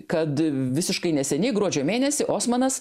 kad visiškai neseniai gruodžio mėnesį osmanas